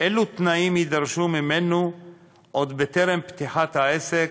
אילו תנאים יידרשו ממנו עוד בטרם פתיחת העסק,